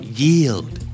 yield